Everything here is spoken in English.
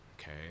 Okay